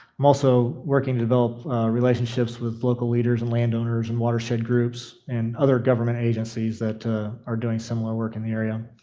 also working to develop relationships with local leaders, and land owners, and watershed groups, and other government agencies that are doing similar work in the area.